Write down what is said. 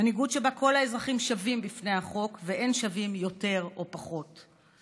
מנהיגות שבה כל האזרחים שווים בפני החוק ואין שווים יותר או פחות,